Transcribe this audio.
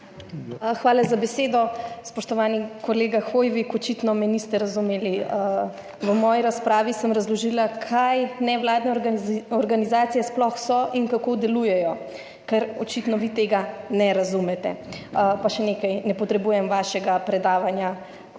Hvala za besedo. Spoštovani kolega Hoivik, očitno me niste razumeli. V moji razpravi sem razložila kaj nevladne organizacije sploh so in kako delujejo, ker očitno vi tega ne razumete. Pa še nekaj, ne potrebujem vašega predavanja,